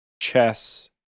Chess